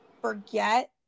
forget